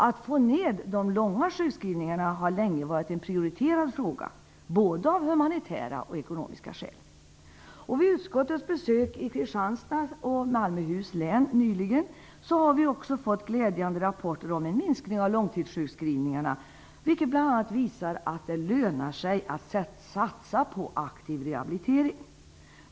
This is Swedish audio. Att få ned de långa sjukskrivningarna har länge varit en prioriterad fråga, både av humanitära och ekonomiska skäl. Vid utskottets besök i Kristianstads och Malmöhus län nyligen fick vi också glädjande rapporter om minskning av långtidssjukskrivningarna, vilket bl.a. visar att det lönar sig att satsa på aktiv rehabilitering.